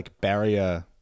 barrier